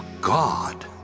God